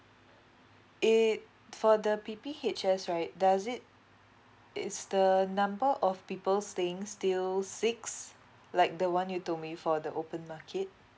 it for the P P H S right does it is the number of people staying still six like the one you told me for the open market